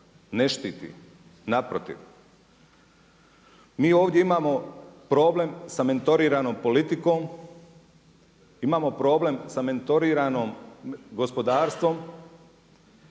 Ne štiti, naprotiv. Mi ovdje imamo problem sa mentoriranom politikom, imamo problem sa mentoriranom gospodarstvom,